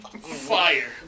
Fire